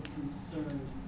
concerned